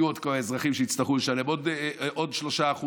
יהיו עוד אזרחים שיצטרכו לשלם עוד 3%,